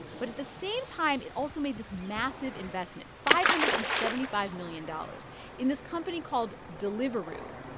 but at the same time, it also made this massive investment, five hundred and seventy five million dollars in this company called deliveroo.